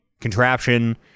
contraption